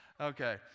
Okay